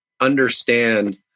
understand